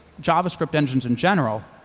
javascript engines in general,